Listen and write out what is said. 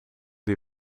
die